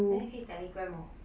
then 你可以 telegram orh